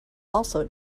also